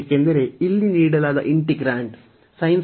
ಏಕೆಂದರೆ ಇಲ್ಲಿ ನೀಡಲಾದ ಇಂಟಿಗ್ರಾಂಡ್